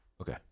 Okay